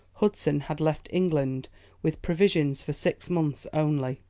hudson had left england with provisions for six months only,